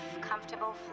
comfortable